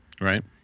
Right